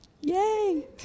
Yay